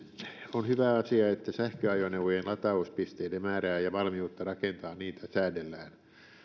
on hyvä asia että sähköajoneuvojen latauspisteiden määrää ja valmiutta rakentaa niitä säädellään